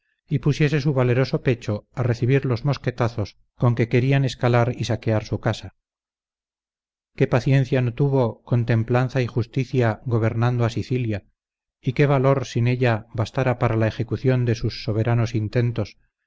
y pusiese su valeroso pecho a recibir los mosquetazos con que querían escalar y saquear su casa qué paciencia no tuvo con templanza y justicia gobernando a sicilia y qué valor sin ella bastara para la ejecución de sus soberanos intentos